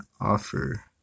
offer